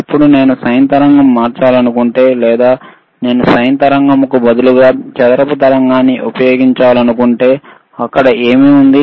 ఇప్పుడు నేను సైన్ తరంగం మార్చాలనుకుంటే లేదా నేను సైన్ తరంగం కు బదులుగా చదరపు తరంగాన్ని ఉపయోగించాలనుకుంటే అక్కడ ఏమి ఉంది